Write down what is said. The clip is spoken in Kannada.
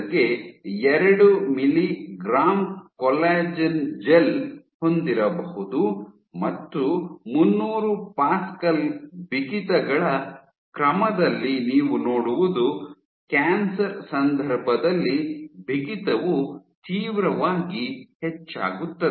ಗೆ ಎರಡು ಮಿಗ್ರಾಂ ಕೊಲ್ಲಾಜೆನ್ ಜೆಲ್ ಹೊಂದಿರಬಹುದು ಮತ್ತು ಮುನ್ನೂರು ಪ್ಯಾಸ್ಕಲ್ ಬಿಗಿತಗಳ ಕ್ರಮದಲ್ಲಿ ನೀವು ನೋಡುವುದು ಕ್ಯಾನ್ಸರ್ ಸಂದರ್ಭದಲ್ಲಿ ಬಿಗಿತವು ತೀವ್ರವಾಗಿ ಹೆಚ್ಚಾಗುತ್ತದೆ